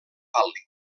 pàl·lid